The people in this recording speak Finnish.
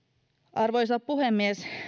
arvoisa puhemies